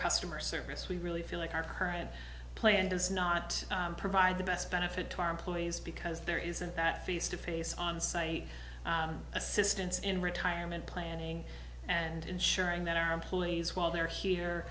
customer service we really feel like our current plan does not provide the best benefit to our employees because there isn't that face to face on say assistance in retirement planning and ensuring that our employees while they're here